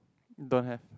don't have